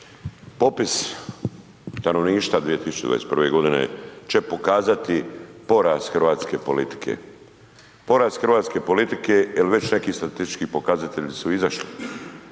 Popis stanovništva 2021. g. će pokazati poraz hrvatske politike. Poraz hrvatske politike jer već neki statistički pokazatelji su izašli.